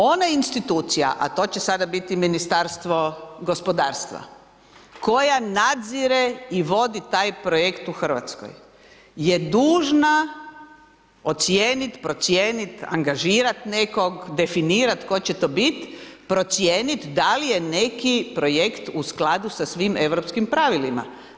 Ona institucija, a to će sada biti Ministarstvo gospodarstva koja nadzire i vodi taj projekt u Hrvatskoj je dužna ocijenit, procijenit, angažirat nekog, definirat tko će to bit, procijenit da li je neki projekt u skladu sa svim europskim pravilima.